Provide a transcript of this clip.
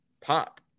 pop